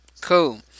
cool